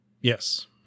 Yes